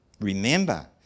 Remember